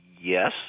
Yes